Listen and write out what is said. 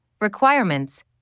requirements